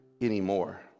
anymore